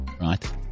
Right